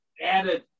added